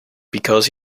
because